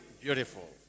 beautiful